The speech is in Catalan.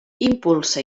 impulsa